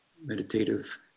meditative